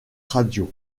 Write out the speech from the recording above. radio